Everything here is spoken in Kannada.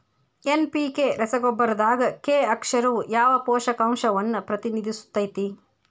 ಎನ್.ಪಿ.ಕೆ ರಸಗೊಬ್ಬರದಾಗ ಕೆ ಅಕ್ಷರವು ಯಾವ ಪೋಷಕಾಂಶವನ್ನ ಪ್ರತಿನಿಧಿಸುತೈತ್ರಿ?